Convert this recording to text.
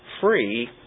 free